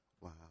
Wow